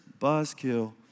buzzkill